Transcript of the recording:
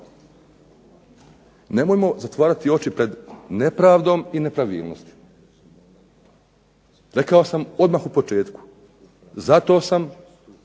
Nemojmo zatvarati oči pred nepravdom i nepravilnosti. Rekao sam odmah u početku, zato sam